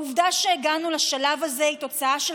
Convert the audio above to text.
העובדה שהגענו לשלב הזה היא תוצאה של